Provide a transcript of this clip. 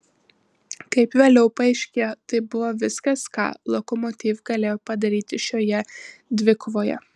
kaip vėliau paaiškėjo tai buvo viskas ką lokomotiv galėjo padaryti šioje dvikovoje